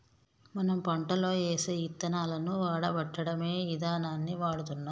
మనం పంటలో ఏసే యిత్తనాలను వాడపెట్టడమే ఇదానాన్ని ఎడుతున్నాం